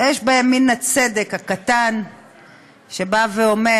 יש בהן מן הצדק הקטן שבא ואומר